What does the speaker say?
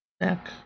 neck